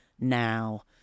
now